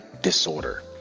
Disorder